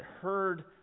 heard